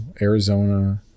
Arizona